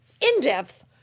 in-depth